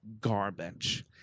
Garbage